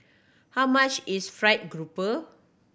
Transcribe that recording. how much is fried grouper